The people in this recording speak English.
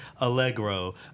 Allegro